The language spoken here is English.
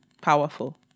powerful